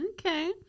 Okay